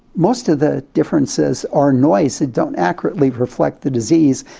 most of the differences are noise that don't accurately reflect the disease.